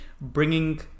bringing